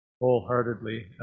wholeheartedly